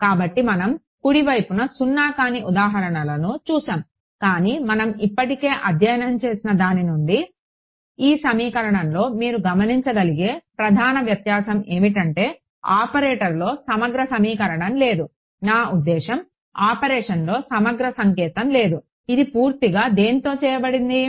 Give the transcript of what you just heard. కాబట్టి మనం కుడి వైపున సున్నా కాని ఉదాహరణలను చూశాము కానీ మనం ఇప్పటికే అధ్యయనం చేసిన దాని నుండి ఈ సమీకరణంలో మీరు గమనించగలిగే ప్రధాన వ్యత్యాసం ఏమిటంటే ఆపరేటర్లో సమగ్ర సమీకరణం లేదు నా ఉద్దేశ్యం ఆపరేషన్లో సమగ్ర సంకేతం లేదు ఇది పూర్తిగా దేనితో చేయబడింది